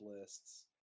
lists